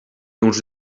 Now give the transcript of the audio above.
uns